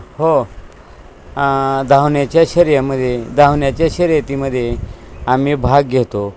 हो धावण्याच्या शर्यतिमध्ये धावण्याच्या शर्यतीमध्ये आम्ही भाग घेतो